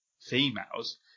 females